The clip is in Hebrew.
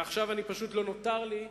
עכשיו פשוט לא נותר לי,